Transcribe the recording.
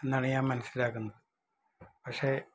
എന്നാണ് ഞാന് മനസിലാക്കുന്നത് പക്ഷേ